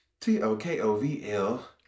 T-O-K-O-V-L